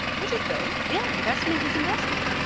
which is good yeah, investment is investment.